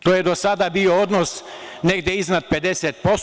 To je do sada bio odnos negde iznad 50%